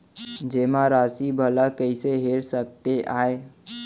जेमा राशि भला कइसे हेर सकते आय?